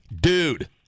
Dude